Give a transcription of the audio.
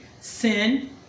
sin